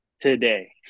today